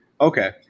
Okay